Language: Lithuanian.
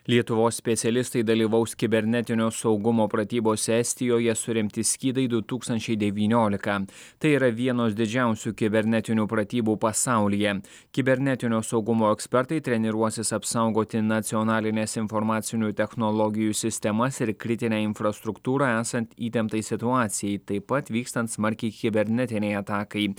lietuvos specialistai dalyvaus kibernetinio saugumo pratybose estijoje suremti skydai du tūkstančiai devyniolika tai yra vienos didžiausių kibernetinių pratybų pasaulyje kibernetinio saugumo ekspertai treniruosis apsaugoti nacionalines informacinių technologijų sistemas ir kritinę infrastruktūrą esant įtemptai situacijai taip pat vykstant smarkiai kibernetinei atakai